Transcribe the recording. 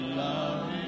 love